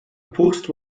post